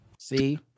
See